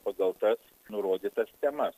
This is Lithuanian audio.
pagal tas nurodytas temas